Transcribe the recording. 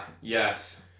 yes